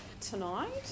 Tonight